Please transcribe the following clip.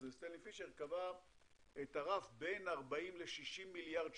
סטנלי פישר קבע את הרף בין 40 ל-60 מיליארד שקל,